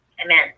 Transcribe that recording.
Amen